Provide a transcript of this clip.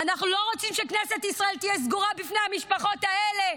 אנחנו לא רוצים שכנסת ישראל תהיה סגורה בפני המשפחות האלה,